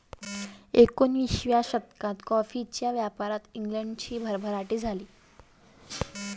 एकोणिसाव्या शतकात कॉफीच्या व्यापारात इंग्लंडची भरभराट झाली